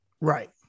Right